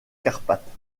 carpates